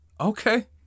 okay